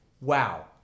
Wow